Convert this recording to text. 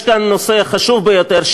יש כאן נושא חשוב ביותר,